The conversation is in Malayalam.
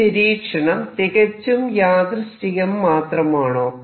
ഈ നിരീക്ഷണം തികച്ചും യാദൃശ്ചികം മാത്രമാണോ